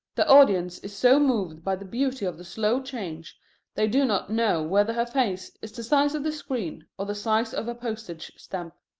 the audience is so moved by the beauty of the slow change they do not know whether her face is the size of the screen or the size of a postage-stamp.